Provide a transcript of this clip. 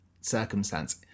circumstance